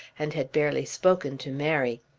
and had barely spoken to mary.